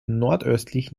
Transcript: nordöstlich